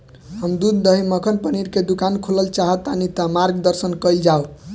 हम दूध दही मक्खन पनीर के दुकान खोलल चाहतानी ता मार्गदर्शन कइल जाव?